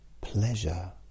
pleasure